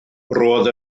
roedd